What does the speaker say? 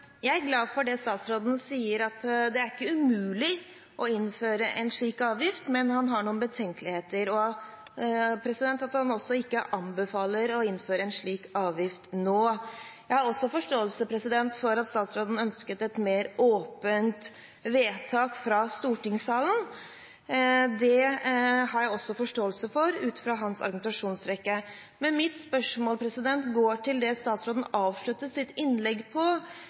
Jeg er glad for at statsråden sier at det ikke er umulig å innføre en slik avgift, men at han har noen betenkeligheter, og at han heller ikke anbefaler å innføre en slik avgift nå. Jeg har også forståelse for at statsråden ønsket et mer åpent vedtak fra stortingssalen, ut fra hans argumentasjonsrekke. Mitt spørsmål går på det som statsråden avsluttet sitt innlegg